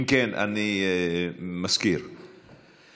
אם כן, אני מזכיר שאנחנו